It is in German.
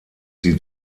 sie